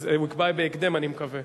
הוא יקבע בהקדם, אני מקווה.